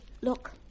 Look